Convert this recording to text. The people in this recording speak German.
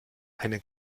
eine